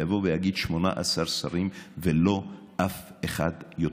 ויגיד: 18 שרים ולא אף אחד יותר.